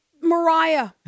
Mariah